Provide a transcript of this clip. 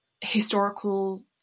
historical